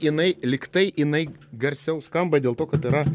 jinai lyg tai jinai garsiau skamba dėl to kad yra